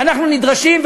ואנחנו נדרשים,